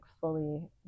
fully